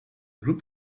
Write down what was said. group